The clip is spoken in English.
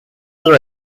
other